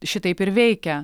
šitaip ir veikia